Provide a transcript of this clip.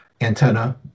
antenna